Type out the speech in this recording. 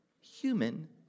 human